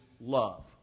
love